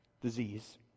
disease